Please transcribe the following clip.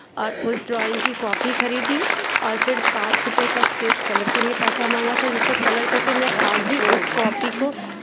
और उस ड्रॉइंग की कॉपी खरीदी और फिर पाँच रुपये का स्केच कलर के लिए पैसा माँगा था जिससे कलर करके मैं आज भी उस कॉपी को